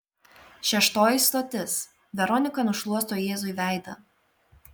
šeštoji stotis veronika nušluosto jėzui veidą